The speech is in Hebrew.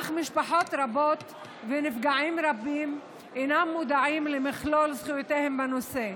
אך משפחות רבות ונפגעים רבים אינם מודעים למכלול זכויותיהם בנושא.